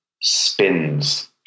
spins